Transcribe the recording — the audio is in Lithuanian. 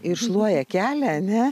ir šluoja kelią ne